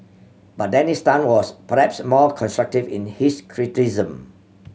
but Dennis Tan was perhaps more constructive in his criticisms